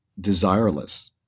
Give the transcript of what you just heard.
desireless